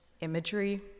imagery